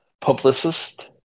publicist